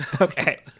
Okay